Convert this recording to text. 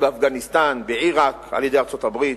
באפגניסטן ובעירק על-ידי ארצות-הברית,